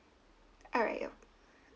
alright uh